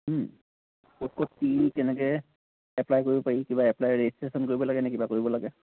ক'ত ক'ত কি কেনেকে এপ্লাই কৰিব পাৰি কিবা এপ্লাই ৰেজিষ্ট্ৰেশ্যন কৰিব লাগে নে কিবা কৰিব লাগে